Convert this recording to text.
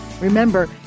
Remember